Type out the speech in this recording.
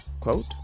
Quote